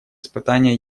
испытания